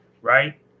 Right